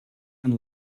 and